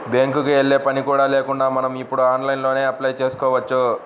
బ్యేంకుకి యెల్లే పని కూడా లేకుండా మనం ఇప్పుడు ఆన్లైన్లోనే అప్లై చేసుకోవచ్చు